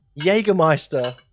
Jägermeister